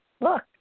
look